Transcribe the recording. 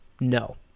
No